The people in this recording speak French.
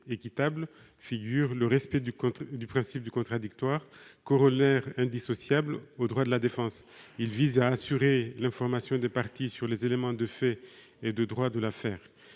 équitable figure le respect du principe du contradictoire, corollaire indissociable des droits de la défense. Ce principe vise à assurer l'information des parties sur les éléments de fait et de droit de l'affaire.